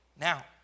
Now